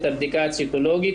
הבדיקה הציטולוגית,